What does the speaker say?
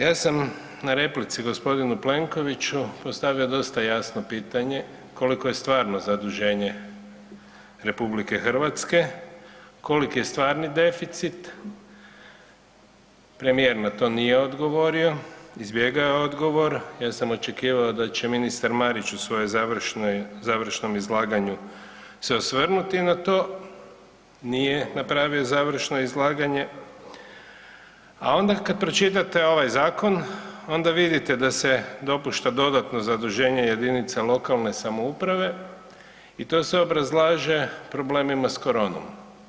Ja sam na replici gospodinu Plenkoviću postavio dosta jasno pitanje, koliko je stvarno zaduženje RH, koliki je stvarni deficit, premijer na to nije odgovorio, izbjegava odgovor, ja sam očekivao da će ministar Marić u svojoj završnoj, završnom izlaganju se osvrnuti na to, nije napravio završno izlaganje, a onda kad pročitate ovaj zakon onda vidite da se dopušta dodatno zaduženje jedinica lokalne samouprave i to se obrazlaže problemima s koronom.